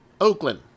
Oakland